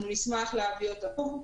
אנחנו נשמח להביא אותן שוב.